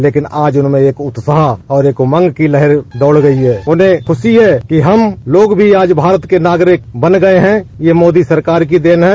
लेकिन आज उनमें एक उत्साह एक उमंग की लहर दौड़ गई हैं उनहें खुशी है कि हम लोग भी आज भारत के नागरिक बन गये है यह मोदी सरकार की देन है